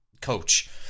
coach